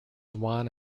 juan